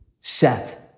Seth